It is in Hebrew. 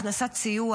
הכנסת סיוע